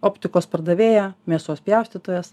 optikos pardavėja mėsos pjaustytojas